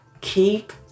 keep